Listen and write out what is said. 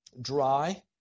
dry